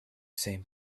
same